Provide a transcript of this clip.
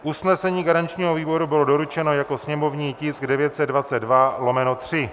Usnesení garančního výboru bylo doručeno jako sněmovní tisk 922/3.